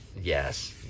yes